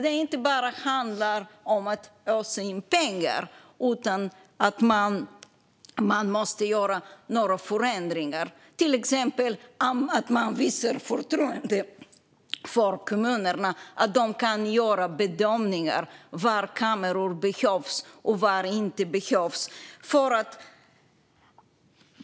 Det handlar alltså inte bara om att ösa in pengar, utan man måste göra några förändringar, till exempel att man visar förtroende för kommunerna att själva göra bedömningar när det gäller var kameror behövs eller inte.